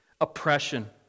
oppression